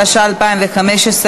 התשע"ו 2015,